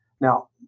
Now